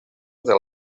entre